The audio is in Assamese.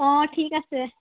অঁ ঠিক আছে